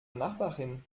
nachbarin